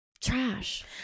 Trash